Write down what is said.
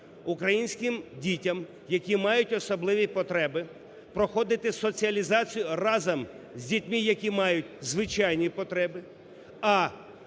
українським дітям, які мають особливі потреби, проходити соціалізацію разом з дітьми, які мають звичайні потреби,